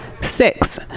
Six